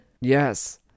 Yes